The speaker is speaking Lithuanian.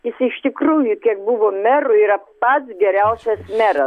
jis iš tikrųjų kiek buvo merų yra pats geriausias meras